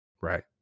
right